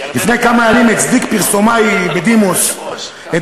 לפני כמה ימים הצדיק פרסומאי בדימוס את